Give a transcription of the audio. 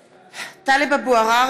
(קוראת בשמות חברי הכנסת) טלב אבו עראר,